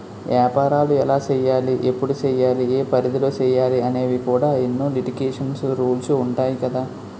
ఏపారాలు ఎలా సెయ్యాలి? ఎప్పుడు సెయ్యాలి? ఏ పరిధిలో సెయ్యాలి అనేవి కూడా ఎన్నో లిటికేషన్స్, రూల్సు ఉంటాయి కదా